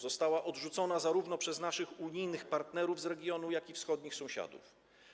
Została odrzucona zarówno przez naszych unijnych partnerów z regionu, jak i wschodnich sąsiadów.